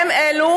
הם אלו